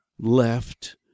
left